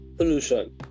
Pollution